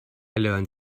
learned